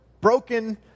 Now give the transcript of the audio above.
broken